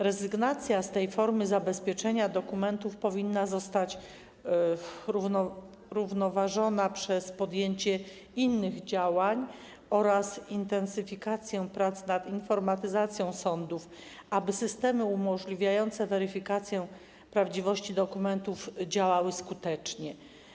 Rezygnacja z tej formy zabezpieczenia dokumentów powinna być równoważona przez podjęcie innych działań oraz intensyfikację prac nad informatyzacją sądów, aby systemy umożliwiające weryfikację prawdziwości dokumentów działały skutecznie.